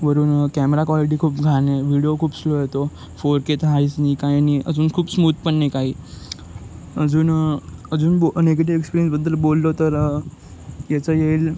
वरून camera quality खूप घाण आहे व्हिडिओ खूप स्लो येतो फोर के तर आहेच नाही काय नाही अजून खूप स्मूथ पण नाही काही अजून अजून ब निगेटिव एक्सपिरियन्सबद्दल बोललो तर याचा येईल